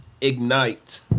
Ignite